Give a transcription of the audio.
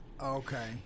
Okay